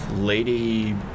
Lady